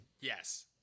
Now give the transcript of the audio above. Yes